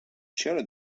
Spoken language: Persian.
چرا